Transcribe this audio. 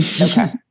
Okay